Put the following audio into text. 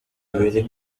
bibiri